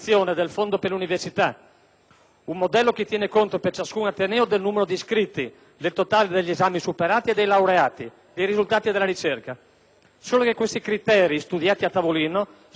un modello che tiene conto, per ciascun ateneo, del numero di iscritti, del totale degli esami superati e dei laureati, dei risultati della ricerca. Tali criteri, studiati a tavolino, sono però rimasti per lo più lettera morta: